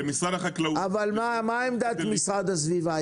אבל מה עמדת המשרד להגנת הסביבה?